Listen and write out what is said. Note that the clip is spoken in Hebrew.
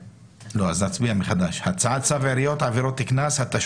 6. הצעת צו המועצות המקומיות (עבירות קנס) (תיקון),